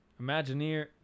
imagineer